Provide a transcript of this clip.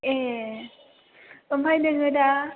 एह ओमफ्राय नोङो दा